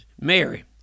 Mary